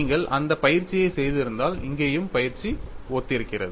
நீங்கள் அந்த பயிற்சியைச் செய்திருந்தால் இங்கேயும் பயிற்சி ஒத்திருக்கிறது